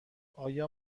آیا